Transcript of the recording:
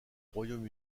royaume